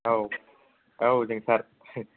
औ औ जोंसार